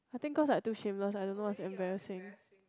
I think because I am too shameless I don't know what is embarrassing